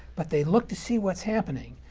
but they look to see what's happening,